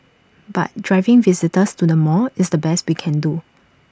but driving visitors to the mall is the best we can do